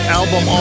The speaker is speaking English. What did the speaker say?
album